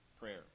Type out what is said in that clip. Prayer